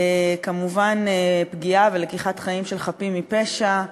כמובן פגיעה ולקיחת חיים של חפים מפשע,